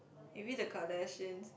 maybe the Kardashians